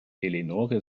eleonore